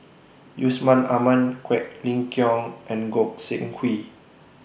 Yusman Aman Quek Ling Kiong and Goi Seng Hui